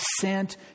sent